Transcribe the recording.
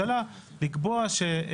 זה נכון, זו הבעיה שזה